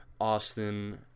Austin